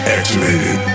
Activated